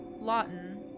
Lawton